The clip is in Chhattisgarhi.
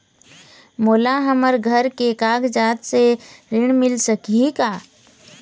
मोला हमर घर के कागजात से ऋण मिल सकही का?